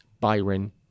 Byron